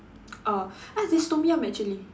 uh uh there's Tom-Yum actually